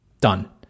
Done